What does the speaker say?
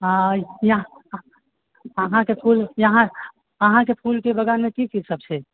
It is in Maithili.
हँ यहाँ अहाँके फूल यहाँ अहाँकेँ फूलके बगानमे की की सब छै